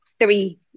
three